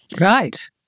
Right